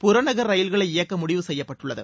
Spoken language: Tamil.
புறநகர் ரயில்களை இயக்க முடிவு செய்யப்பட்டுள்ளது